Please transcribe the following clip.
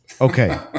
Okay